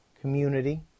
community